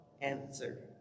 answer